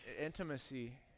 intimacy